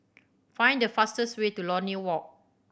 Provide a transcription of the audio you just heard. find the fastest way to Lornie Walk